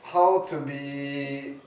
how to be